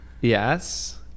yes